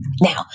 Now